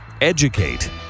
Educate